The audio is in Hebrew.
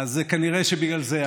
אז כנראה שבגלל זה.